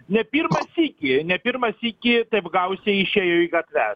ne pirmą sykį ir ne pirmą sykį taip gausiai išėjo į gatves